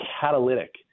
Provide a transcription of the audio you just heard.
catalytic